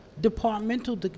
departmental